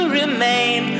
remain